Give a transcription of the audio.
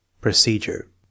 Procedure